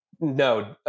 No